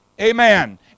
Amen